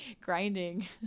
grinding